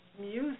music